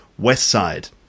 Westside